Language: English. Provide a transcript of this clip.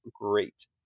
great